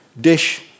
dish